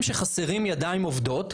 שבענפים בהם חסרות ידיים עובדות,